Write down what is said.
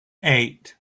eight